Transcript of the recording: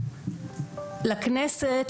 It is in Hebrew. לכנסת,